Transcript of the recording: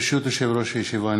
ברשות יושב-ראש הישיבה,